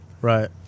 right